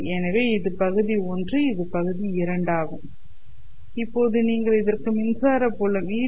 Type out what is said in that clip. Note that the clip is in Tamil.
எனவே இது பகுதி 1 இது பகுதி 2 ஆகும் இப்போது நீங்கள் இதற்கு மின்சார புலம் E